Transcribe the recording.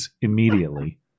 immediately